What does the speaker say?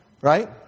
Right